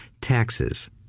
taxes